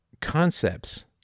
concepts